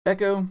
Echo